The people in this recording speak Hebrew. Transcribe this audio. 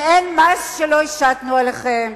ואין מה שלא השתנו עליכם.